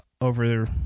over